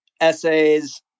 essays